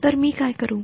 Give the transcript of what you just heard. तर मी काय करू